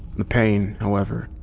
the pain, however,